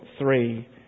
three